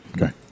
Okay